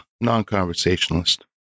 Non-conversationalist